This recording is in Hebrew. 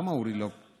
למה אורי לא פה?